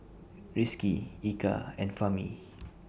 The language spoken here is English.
Rizqi Eka and Fahmi